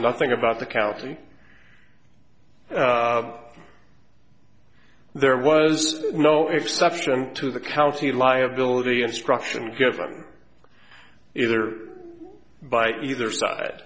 nothing about the county there was no exception to the county liability instruction given either by either side